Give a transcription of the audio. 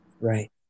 Right